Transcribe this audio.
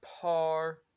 par